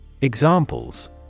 Examples